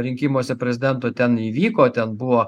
rinkimuose prezidento ten įvyko ten buvo